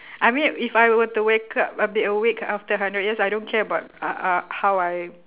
I mean if I were to wake up I be awake after hundred years I don't care about uh uh how I